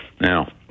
Now